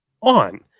on